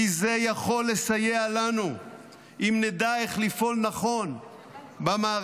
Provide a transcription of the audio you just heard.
כי זה יכול לסייע לנו אם נדע איך לפעול נכון במערכה